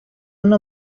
una